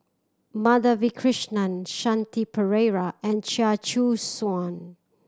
Madhavi Krishnan Shanti Pereira and Chia Choo Suan